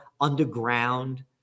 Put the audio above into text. underground